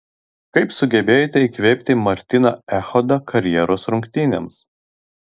kaip sugebėjote įkvėpti martyną echodą karjeros rungtynėms